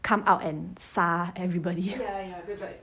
come out and 杀 everybody